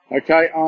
Okay